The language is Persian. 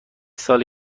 ساله